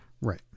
Right